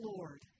Lord